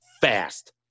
fast